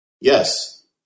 yes